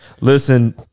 Listen